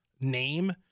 name